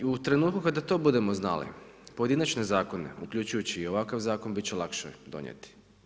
I u trenutku kada to budemo znali, pojedinačne zakone, uključujući i ovakav zakon, biti će lakše donijeti.